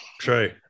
true